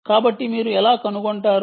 కాబట్టి మీరు ఎలా కనుగొంటారు